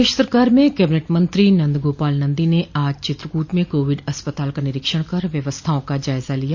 प्रदेश सरकार में कैबिनेट मंत्री नंद गोपाल नंदी ने आज चित्रकूट में कोविड अस्पताल का निरीक्षण कर व्यवस्थाओ का जायजा लिया